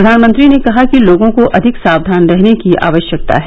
प्र्यानमंत्री ने कहा कि लोगों को अधिक साक्यान रहने की आवश्यकता है